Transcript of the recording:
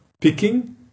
picking